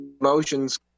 emotions